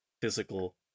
physical